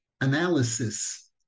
analysis